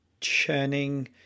churning